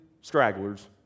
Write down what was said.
stragglers